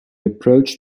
approached